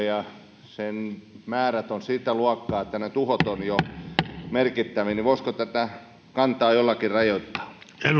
ja ne määrät ovat sitä luokkaa että tuhot ovat jo merkittäviä voisiko tätä kantaa jollakin rajoittaa